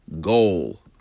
goal